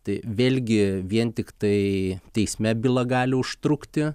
tai vėlgi vien tiktai teisme byla gali užtrukti